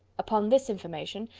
upon this information,